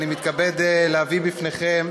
אני מתכבד להביא בפניכם